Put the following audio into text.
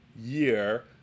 year